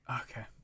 Okay